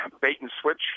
bait-and-switch